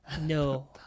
No